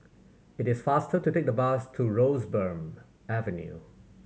it is faster to take the bus to Roseburn Avenue